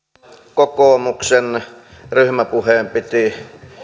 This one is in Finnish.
kokoomuksen ryhmäpuheen piti